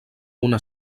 una